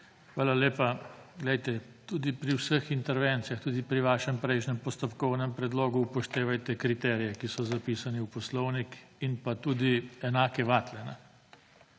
Hvala lepa. Glejte, tudi pri vseh intervencijah, tudi pri vašem prejšnjem postopkovnem predlogu, upoštevajte kriterije, ki so zapisane v poslovnik. In pa tudi enake vatle.